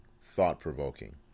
thought-provoking